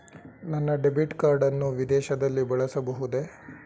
ನನ್ನ debit card ಅನ್ನು ವಿದೇಶದಲ್ಲಿ ಬಳಸಬಹುದೇ?